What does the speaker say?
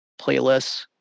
playlists